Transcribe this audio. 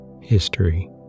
History